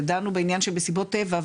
ודנו בעניין של מסיבות טבע,